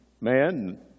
man